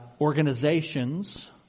organizations